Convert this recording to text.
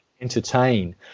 entertain